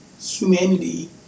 humanity